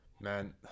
man